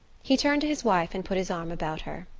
he turned to his wife and put his arm about her.